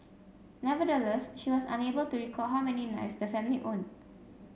nevertheless she was unable to recall how many knives the family owned